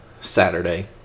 Saturday